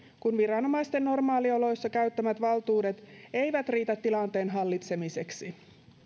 kun viranomaisten normaalioloissa käyttämät valtuudet eivät riitä tilanteen hallitsemiseksi